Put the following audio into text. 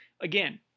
Again